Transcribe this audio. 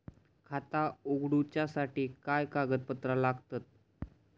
खाता उगडूच्यासाठी काय कागदपत्रा लागतत?